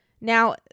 now